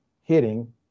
hitting